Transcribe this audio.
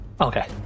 Okay